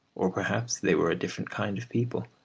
or perhaps they were a different kind of people.